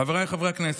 חבריי חברי הכנסת,